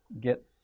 get